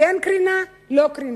כן קרינה, לא קרינה.